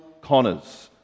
Connors